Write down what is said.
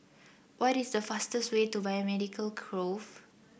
what is the fastest way to Biomedical Grove